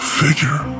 figure